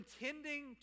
intending